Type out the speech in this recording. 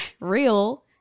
real